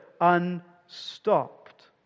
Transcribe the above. unstopped